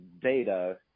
data